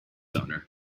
owner